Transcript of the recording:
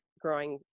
growing